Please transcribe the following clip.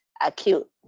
acute